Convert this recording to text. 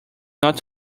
not